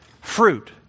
fruit